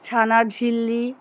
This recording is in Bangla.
ছানার ঝিল্লি